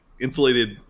insulated